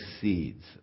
seeds